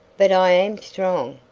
but i am strong,